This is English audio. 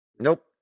Nope